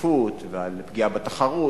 דחיפות ועל פגיעה בתחרות.